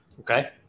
Okay